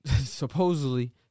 supposedly